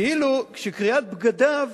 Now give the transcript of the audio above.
כאילו שקריעת בגדיו